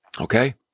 Okay